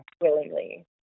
willingly